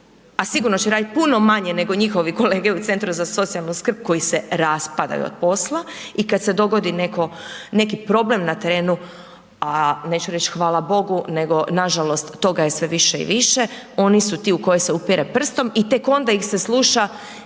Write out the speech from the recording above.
a sigurno će raditi puno manje nego njihovi kolege u centru za socijalnu skrb koji se raspadaju od posla. I kada se dogodi neki problem na terenu, a neću reći hvala Bogu nego nažalost toga je sve više, oni su ti u koje se upire prstom i tek onda ih se sluša